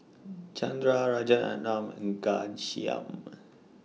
Chandra Rajaratnam and Ghanshyam